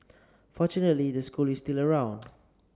fortunately the school is still around